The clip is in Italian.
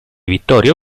vittorio